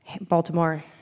Baltimore